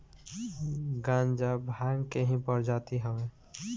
गांजा भांग के ही प्रजाति हवे